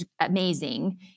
amazing